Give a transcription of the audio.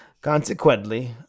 Consequently